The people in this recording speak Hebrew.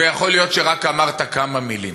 ויכול להיות שרק אמרת כמה מילים.